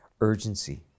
urgency